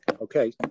okay